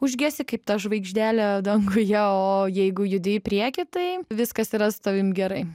užgesi kaip ta žvaigždelė danguje o jeigu judi į priekį tai viskas yra su tavim gerai